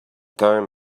time